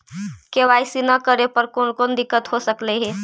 KYC न करे पर कौन कौन दिक्कत हो सकले हे?